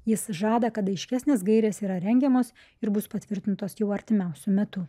jis žada kad aiškesnės gairės yra rengiamos ir bus patvirtintos jau artimiausiu metu